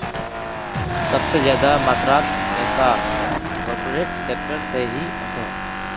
सबसे ज्यादा मात्रात पैसा कॉर्पोरेट सेक्टर से ही वोसोह